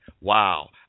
Wow